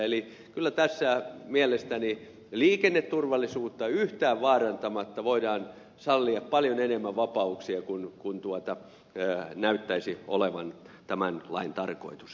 eli kyllä tässä mielestäni liikenneturvallisuutta yhtään vaarantamatta voidaan sallia paljon enemmän vapauksia kuin näyttäisi olevan tämän lain tarkoitus